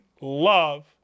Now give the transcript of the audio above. love